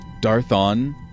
Darthon